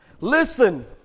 listen